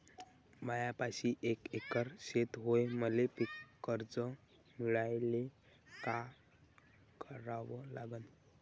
मायापाशी एक एकर शेत हाये, मले पीककर्ज मिळायले काय करावं लागन?